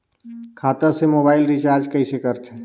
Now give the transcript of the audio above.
खाता से mobile recharge कइसे करथे